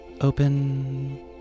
open